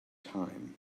time